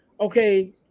okay